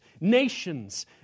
nations